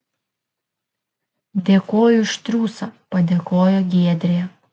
dėkoju už triūsą padėkojo giedrė